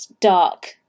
dark